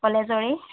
কলেজৰেই